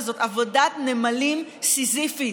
וזאת עבודת נמלים סיזיפית: